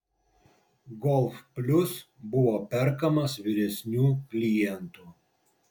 golf plius buvo perkamas vyresnių klientų